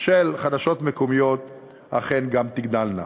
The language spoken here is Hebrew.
של חדשות מקומיות אכן גם תגדלנה.